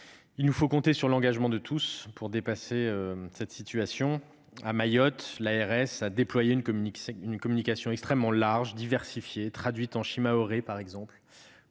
Il nous faut compter sur l'engagement de tous pour dépasser cette situation. À Mayotte, l'agence régionale de santé (ARS) a déployé une communication extrêmement large, diversifiée, traduite en shimaoré, par exemple,